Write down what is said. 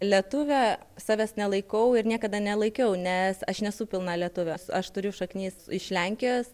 lietuve savęs nelaikau ir niekada nelaikiau nes aš nesu pilna lietuvė aš turiu šaknis iš lenkijos